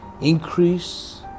increase